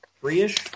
three-ish